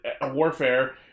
warfare